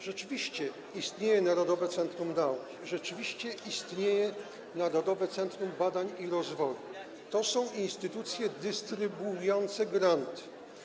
Rzeczywiście istnieje Narodowe Centrum Nauki, rzeczywiście istnieje Narodowe Centrum Badań i Rozwoju, to są instytucje dystrybuujące granty.